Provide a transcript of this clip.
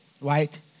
Right